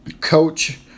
Coach